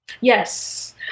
Yes